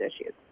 issues